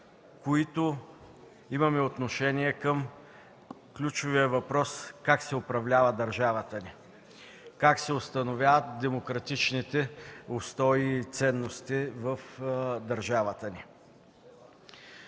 които имаме отношение към ключовия въпрос – как се управлява държавата ни, как се установяват демократичните устои и ценности в държавата ни?